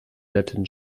latin